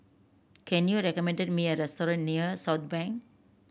can you recommend me a restaurant near Southbank